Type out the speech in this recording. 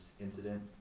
incident